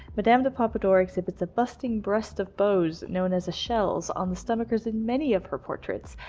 madame de pompadour exhibits a busting breast of bows, known as eschelles on the stomachers in many of her portraits,